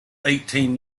eighteen